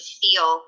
feel